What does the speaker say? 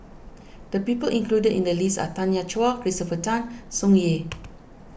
the people included in the list are Tanya Chua Christopher Tan Tsung Yeh